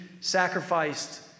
sacrificed